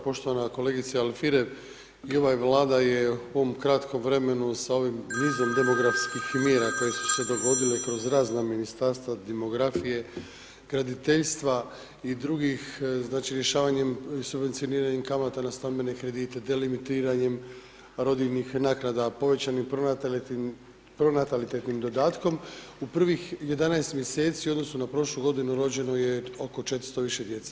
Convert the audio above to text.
Poštivana kolegice Alfirev, bila i vlada je u ovom kratkom vremenu sa ovim nizom demografskih mjera, koje su se dogodile kroz razna Ministarstva demografije, graditeljstva i drugih znači rješavanjem, subvencioniranje kamata na stambene kredite, delimitiranjem rodiljnih naknada, povećanim pronatalitetnim dodatkom, u prvih 11 mj. u odnosu na prošlu godinu, rođeno je oko 400 i više djece.